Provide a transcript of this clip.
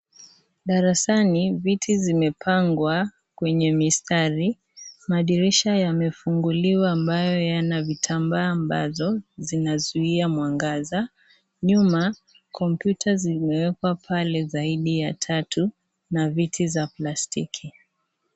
Darasani, viti zimepangwa kwenye mistari. Madirisha yamefunguliwa ambayo yana vitambaa ambazo, zinazuia mwangaza. Nyuma, kompiuta zimewekwa pale zaidi ya tatu, na viti za plastiki.